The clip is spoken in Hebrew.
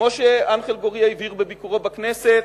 כמו שאנחל גורייה הבהיר בביקורו בכנסת,